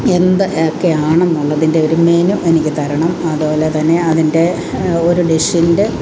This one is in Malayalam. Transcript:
എന്ത് ഒക്കെയാണെന്നുള്ളതിൻ്റെ ഒരു മെനു എനിക്കു തരണം അതുപോലെതന്നെ അതിൻ്റെ ഒരു ഡിഷ്ഷിൻ്റെ